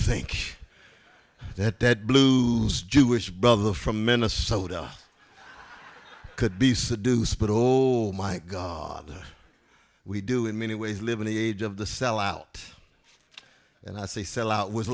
think that that blues jewish brother the from minnesota could be seduced but old my god we do in many ways live in the age of the sellout and i say sell out with